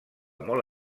molt